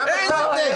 זה המצב.